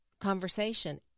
conversation